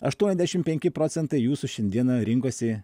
aštuoniasdešimt penki procentai jūsų šiandieną rinkosi